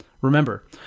Remember